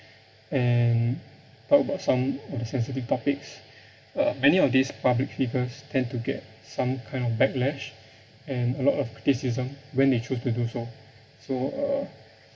and talk about some uh sensitive topics uh many of these public figures tend to get some kind of backlash and a lot of criticism when they choose to do so so uh